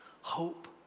hope